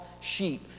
sheep